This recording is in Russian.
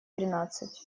тринадцать